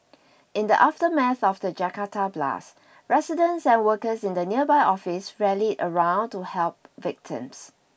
in the aftermath of the Jakarta blasts residents and workers in nearby offices rallied round to help victims